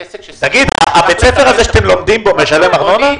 תגיד, בית הספר שאתם לומדים בו משלם ארנונה?